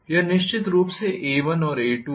यह निश्चित रूप से A1और A2 है